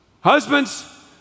husbands